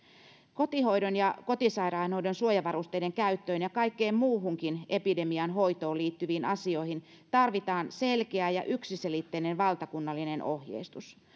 kotihoidon ja kotisairaanhoidon suojavarusteiden käyttöön ja kaikkiin muihinkin epidemian hoitoon liittyviin asioihin tarvitaan selkeä ja yksiselitteinen valtakunnallinen ohjeistus